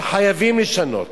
וחייבים לשנות,